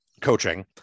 coaching